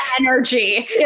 energy